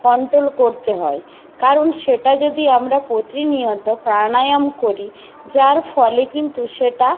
control করতে হয় কারণ সেটা যদি আমরা প্রতিনিয়ত প্রাণায়াম করি যার ফলে কিন্তু সেটা